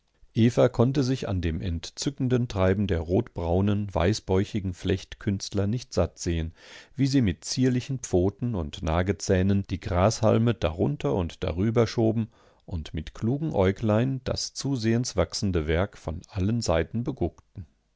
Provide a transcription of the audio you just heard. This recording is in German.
eva konnte sich an dem entzückenden treiben der rotbraunen weißbäuchigen flechtkünstler nicht sattsehen wie sie mit zierlichen pfoten und nagezähnen die grashalme darunter und darüber schoben und mit klugen äuglein das zusehends wachsende werk von allen seiten beguckten